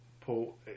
pull